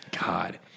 God